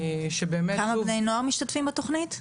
כמה בני נוער משתתפים בתכנית?